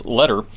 letter